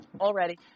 Already